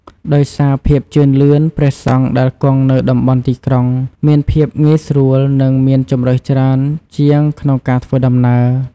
ដោយសារភាពជឿនលឿន ព្រះសង្ឃដែលគង់នៅតំបន់ទីក្រុងមានភាពងាយស្រួល និងមានជម្រើសច្រើនជាងក្នុងការធ្វើដំណើរ។